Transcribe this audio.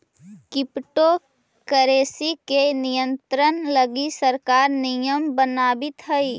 crypto currency के नियंत्रण लगी सरकार नियम बनावित हइ